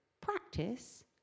Practice